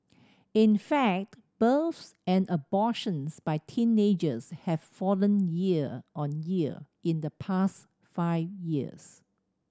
in fact births and abortions by teenagers have fallen year on year in the past five years